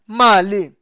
mali